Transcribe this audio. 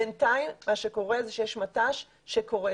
בינתיים מה שקורה זה שיש מט"ש שקורס.